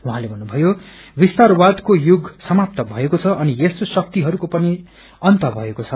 उहाँले भन्नुभ्यो विस्तारवादको युग समाप्त भएको छ अनि यस्तो शक्तिहरूको पनि अन्त भएको छ